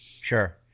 Sure